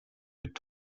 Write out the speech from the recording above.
mit